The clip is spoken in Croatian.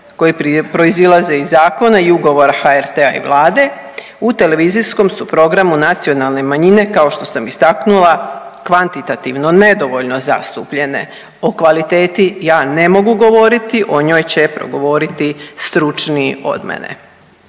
koje proizlaze iz zakona i ugovora HRT-a i Vlade, u televizijskom su programu nacionalne manjine kao što sam istaknula kvantitativno nedovoljno zastupljene. O kvaliteti ja ne mogu govoriti. O njoj će progovoriti stručniji od mene.